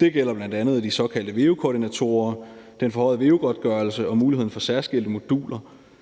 Det gælder bl.a. de såkaldte veu-koordinatorer, den forhøjede veu-godtgørelse og muligheden for særskilte moduler.